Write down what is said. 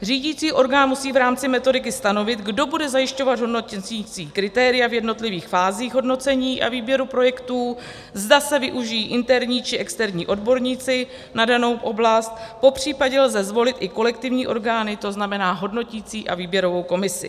Řídicí orgán musí v rámci metodiky stanovit, kdo bude zajišťovat hodnoticí kritéria v jednotlivých fázích hodnocení a výběru projektů, zda se využijí interní či externí odborníci na danou oblast, popřípadě lze zvolit i kolektivní orgány, tzn. hodnoticí a výběrovou komisi.